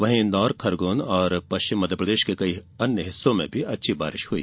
वहीं इन्दौर खरगोन और पश्चिम मध्यप्रदेश के कई अन्य हिस्सों में भी अच्छी बारिश हुई